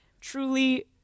Truly